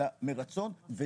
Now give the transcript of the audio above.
אלא מרצון.